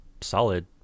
solid